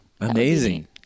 Amazing